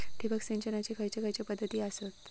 ठिबक सिंचनाचे खैयचे खैयचे पध्दती आसत?